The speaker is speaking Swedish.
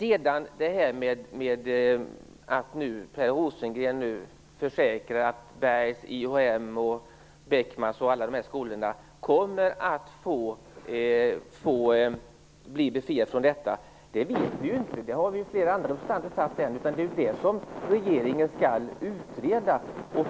Per Rosengren försäkrar nu vidare att Berghs, IHM, Beckmans och liknande skolor kommer att bli befriade från moms. Det vet vi ju inte. Det är det som regeringen skall utreda.